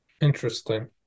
Interesting